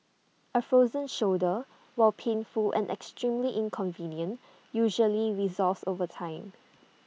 A frozen shoulder while painful and extremely inconvenient usually resolves over time